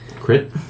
Crit